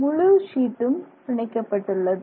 முழு ஷீட்டும் பிணைக்கப்பட்டுள்ளது